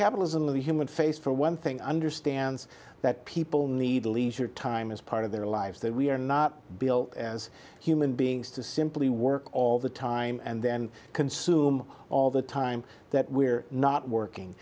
capitalism of the human face for one thing understands that people need leisure time as part of their lives that we are not built as human beings to simply work all the time and then consume all the time that we're not working